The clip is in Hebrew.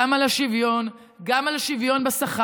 גם על השוויון, גם על השוויון בשכר.